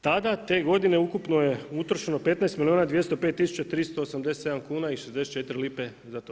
Tada te godine ukupno je utrošeno 15 milijuna 205 tisuća 387 kuna i 64 lipe za to.